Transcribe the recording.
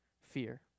fear